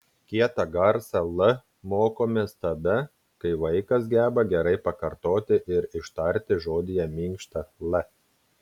kietą garsą l mokomės tada kai vaikas geba gerai pakartoti ir ištarti žodyje minkštą l